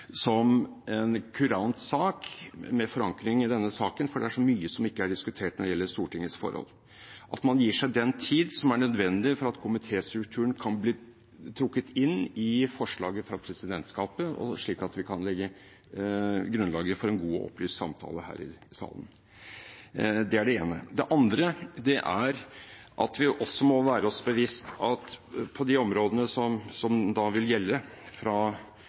som en kurant sak med forankring i denne saken – for det er så mye som ikke er diskutert når det gjelder Stortingets forhold – men at man gir seg den tid som er nødvendig for at komitéstrukturen kan bli trukket inn i forslaget fra presidentskapet, slik at vi kan legge grunnlaget for en god og opplyst samtale her i salen. Det er det ene. Det andre er at vi også må være bevisst på de områdene som vil gjelde fra